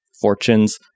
fortunes